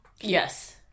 Yes